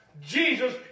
Jesus